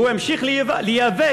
והוא ימשיך להיאבק